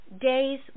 days